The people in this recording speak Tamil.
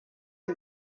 போக